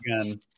again